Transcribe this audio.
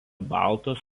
baltos